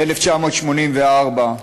ב-1984,